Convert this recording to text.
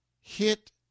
hit